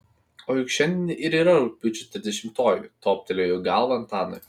o juk šiandien ir yra rugpjūčio trisdešimtoji toptelėjo į galvą antanui